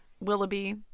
willoughby